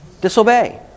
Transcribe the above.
Disobey